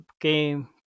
game